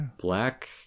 Black